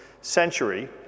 century